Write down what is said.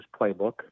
playbook